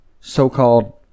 so-called